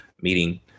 meeting